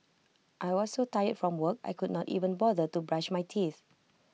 I was so tired from work I could not even bother to brush my teeth